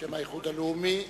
מהאיחוד הלאומי,